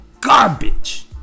garbage